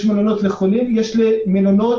יש מלונות לחולים, ויש מלונות